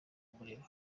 umurimo